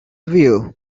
view